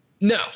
no